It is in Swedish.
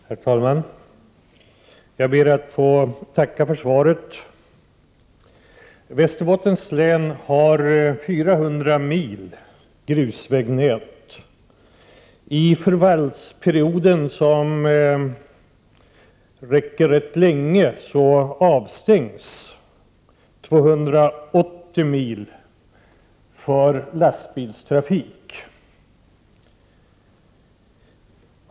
Herr talman! Jag ber att få tacka för svaret. Västerbottens län har ett grusvägnät på 400 mil. Under förfallsperioden, som räcker rätt länge, avstängs 280 mil för lastbilstrafik.